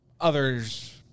Others